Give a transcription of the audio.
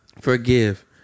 Forgive